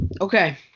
Okay